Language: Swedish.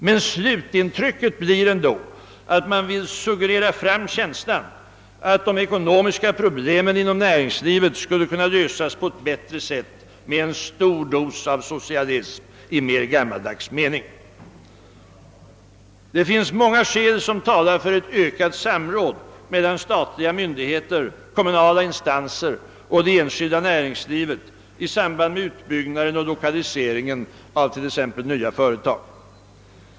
Men slutintrycket blir ändå att man vill suggerera fram känslan att de ekonomiska problemen inom pnäringslivet skulle kunna lösas på ett bättre sätt med en stor dos av socialism i mer gammaldags mening. Det finns många skäl som talar för ett ökat samråd mellan statliga myndigheter, kommunala instanser och det enskilda näringslivet i samband med utbyggnaden och lokaliseringen av t.ex. nya företag.